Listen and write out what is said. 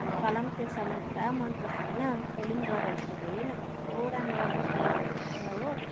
तँलाई पनि त्यो सामान पुरा मनपर्छ होइन तैँले पनि गएर एकपल्ट हेर्न कस्तो राम्रो राम्रो सामानहरू छ हो